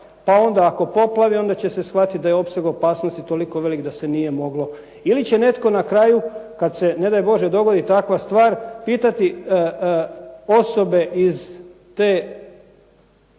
pa onda ako poplavi onda će shvatiti da je opseg opasnosti toliko velik da se nije moglo. Ili će netko na kraju kada se ne daj Bože dogodi takva stvar, pitati osobe iz te